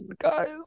guys